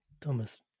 Thomas